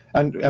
and and